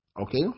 Okay